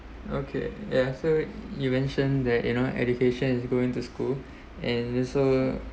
okay yes so you mentioned that you know education is going to school and also